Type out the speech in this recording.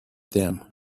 them